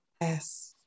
Yes